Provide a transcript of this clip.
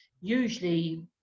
usually